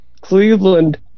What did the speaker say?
Cleveland